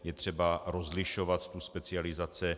Je třeba rozlišovat specializace.